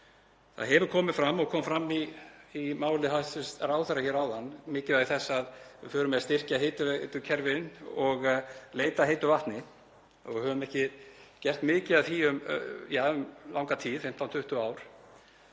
Það hefur komið fram, og kom fram í máli hæstv. ráðherra hér áðan, mikilvægi þess að við förum að styrkja hitaveitukerfin og leita að heitu vatni. Við höfum ekki gert mikið af því um langa hríð, 15–20 ár,